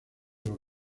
los